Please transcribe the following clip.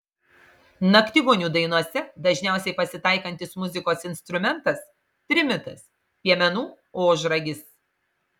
naktigonių dainose dažniausiai pasitaikantis muzikos instrumentas trimitas piemenų ožragis